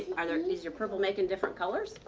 um is your purple making different colors?